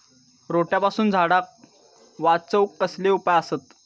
रोट्यापासून झाडाक वाचौक कसले उपाय आसत?